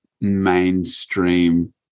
Mainstream